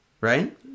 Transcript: Right